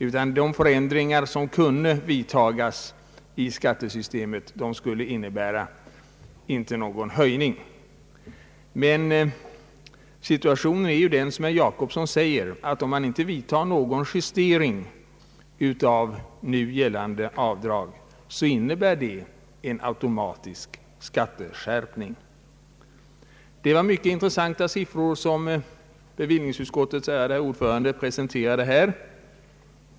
Enligt hans mening skulle de förändringar i skattesystemet som kunde vidtagas inte innebära någon höjning av skatten. Som herr Jacobsson säger är dock situationen den, att om någon justering av nu gällande avdrag inte vidtages så innebär det en automatisk skatteskärpning. Det var mycket intressanta siffror som bevillningsutskottets ärade herr ordförande presenterade nyss.